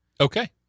Okay